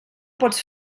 pots